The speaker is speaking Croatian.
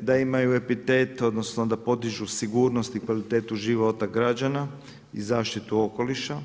da imaju epitet odnosno da podižu sigurnost i kvalitetu života građana i zaštitu okoliša.